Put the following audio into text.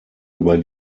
über